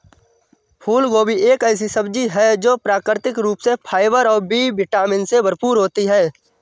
फूलगोभी एक ऐसी सब्जी है जो प्राकृतिक रूप से फाइबर और बी विटामिन से भरपूर होती है